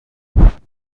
heart